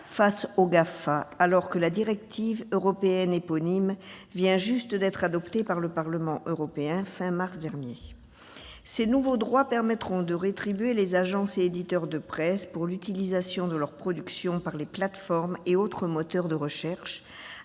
face aux Gafa, alors que la directive européenne éponyme vient juste d'être adoptée par le Parlement européen, à la fin du mois de mars dernier. Le nouveau droit créé permettra de rétribuer les agences et éditeurs de presse pour l'utilisation de leurs productions par les plateformes et autres moteurs de recherche,